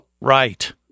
Right